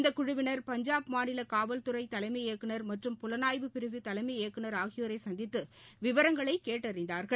இந்தக் குழுவினர் பஞ்சாப் மாநிலகாவல்துறைதலைமை இயக்குனர் மற்றும் புலனாய்வுப் பிரிவு தலைமை இயக்குனர் ஆகியோரைசந்தித்துவிவரங்களைகேட்டறிந்தார்கள்